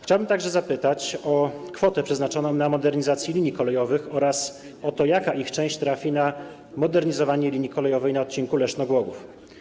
Chciałbym także zapytać o kwotę przeznaczoną na modernizację linii kolejowych oraz o to, jaka jej część trafi na modernizowanie linii kolejowej na odcinku Leszno - Głogów.